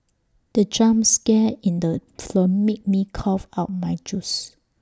the jump scare in the firm made me cough out my juice